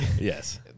Yes